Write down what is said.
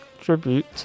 tribute